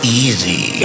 easy